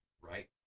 right